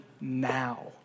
now